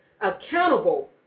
accountable